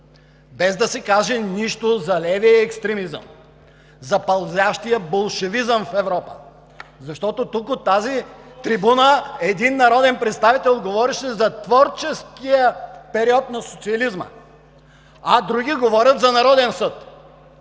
без да се каже нищо за левия екстремизъм, за пълзящия болшевизъм в Европа. Защото тук, от тази трибуна, един народен представител говореше за творческия период на социализма, а други говорят за Народен съд